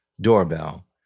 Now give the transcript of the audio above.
doorbell